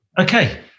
Okay